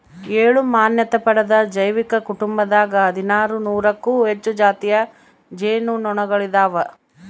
ಏಳು ಮಾನ್ಯತೆ ಪಡೆದ ಜೈವಿಕ ಕುಟುಂಬದಾಗ ಹದಿನಾರು ನೂರಕ್ಕೂ ಹೆಚ್ಚು ಜಾತಿಯ ಜೇನು ನೊಣಗಳಿದಾವ